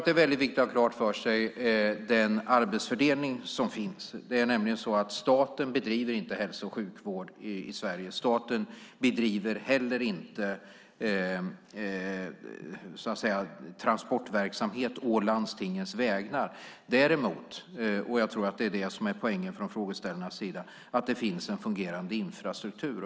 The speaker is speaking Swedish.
Det är väldigt viktigt att ha klart för sig den arbetsfördelning som finns. Staten bedriver inte hälso och sjukvård i Sverige. Staten bedriver heller inte transportverksamhet å landstingens vägnar. Däremot, och jag tror att det är poängen från frågeställarnas sida, har staten ett ansvar för att det finns en fungerande infrastruktur.